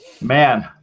Man